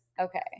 Okay